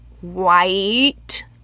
white